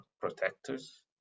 protectors